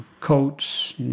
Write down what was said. coats